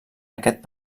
aquest